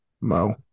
Mo